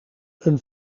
een